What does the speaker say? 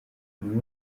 nyuma